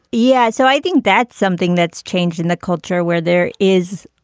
yeah so i think that's something that's changed in the culture where there is.